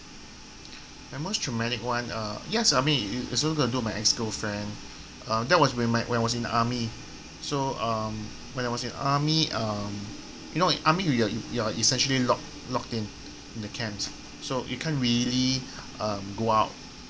my most traumatic one uh yes I mean its also got to do with my ex-girlfriend um that was wh~ when was in the army so uh when I was in army uh you know army you are you are essentially lock locked in in the camps so you can't really uh go out